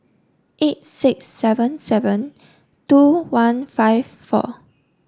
eight six seven seven two one five four